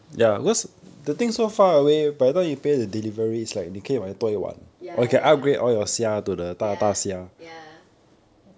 ya ya ya ya